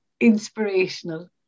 inspirational